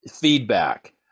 feedback